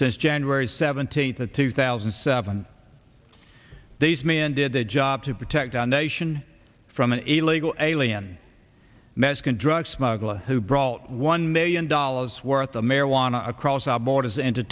since january seventeenth of two thousand and seven these men did their job to protect our nation from an illegal alien mexican drug smuggler who brought one million dollars worth of marijuana across our borders into